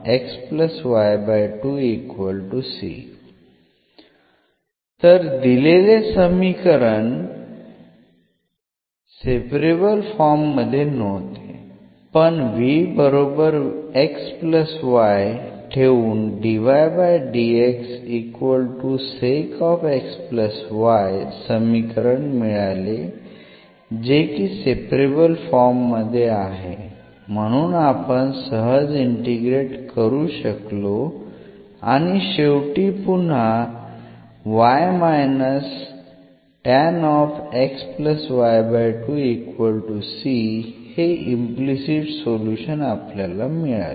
तर दिलेले समीकरण सेपरेबल फॉर्म मध्ये नव्हते पण ठेवून समीकरण मिळाले जे की सेपरेबल फॉर्म मध्ये आहे म्हणून आपण सहज इंटिग्रेट करू शकलो आणि शेवटी पुन्हा हे इम्प्लिसिट सोल्युशन आपल्याला मिळाले